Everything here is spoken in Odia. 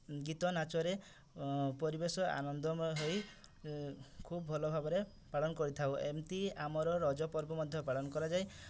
ଗୀତ ନାଚରେ ପରିବେଶ ଆନନ୍ଦମୟ ହୋଇ ଖୁବ୍ ଭଲ ଭାବରେ ପାଳନ କରିଥାଉ ଏମିତି ଆମର ରଜ ପର୍ବ ମଧ୍ୟ ପାଳନ କରାଯାଏ